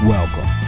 Welcome